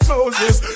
Moses